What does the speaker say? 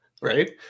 right